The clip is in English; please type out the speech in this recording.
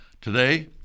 Today